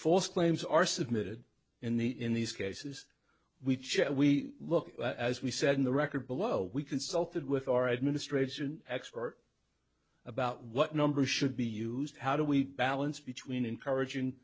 false claims are submitted in the in these cases which we look as we said in the record below we consulted with our administration expert about what numbers should be used how do we balance between encouraging